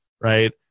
right